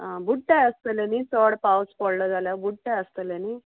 आं बुड्ठाय आसतलें न्ही चड पावस पडलो जाल्यार बुड्ठाय आसतलें न्ही